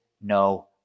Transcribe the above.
no